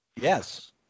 Yes